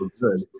good